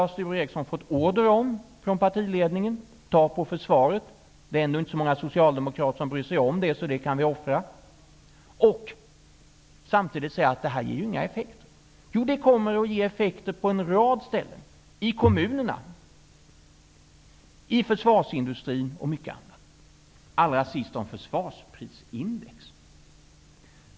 Det har Sture Ericson fått order om från partiledningen. Det är inte så många socialdemokrater som bryr sig om försvaret så det kan offras. Samtidigt säger man att besparingen inte medför någon effekt. Jo, det kommer att bli effekter på en rad områden -- t.ex. i kommunerna och i försvarsindustrin. Avslutningsvis några ord om försvarsprisindex.